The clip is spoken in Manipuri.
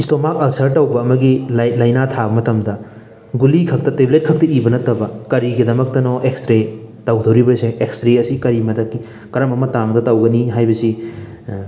ꯏꯁꯇꯣꯃꯥꯛ ꯑꯜꯁꯔ ꯇꯧꯕ ꯑꯃꯒꯤ ꯂꯥꯏꯅꯥ ꯊꯥꯕ ꯃꯇꯝꯗ ꯒꯨꯂꯤ ꯈꯛꯇ ꯇꯦꯕ꯭ꯂꯦꯠ ꯈꯛꯇ ꯏꯕ ꯅꯠꯇꯕ ꯀꯔꯤꯒꯤꯗꯃꯛꯇꯅꯣ ꯑꯦꯛꯁꯔꯦ ꯇꯧꯗꯧꯔꯤꯕꯁꯦ ꯑꯦꯛꯁꯔꯦ ꯑꯁꯤ ꯀꯔꯤ ꯃꯊꯛꯀꯤ ꯀꯔꯝꯕ ꯃꯇꯥꯡꯗ ꯇꯧꯒꯅꯤ ꯍꯥꯏꯕꯁꯤ